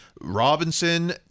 Robinson